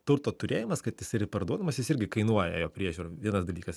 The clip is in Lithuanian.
turto turėjimas kad jis parduodamas jis irgi kainuoja jo priežiūra vienas dalykas